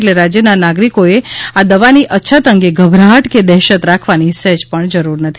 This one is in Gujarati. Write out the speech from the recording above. એટલે રાજ્યના નાગરિકોએ આ દવાની અછત અંગે ગભરાટ કે દહેશત રાખવાની સહેજ પણ જરૂર નથી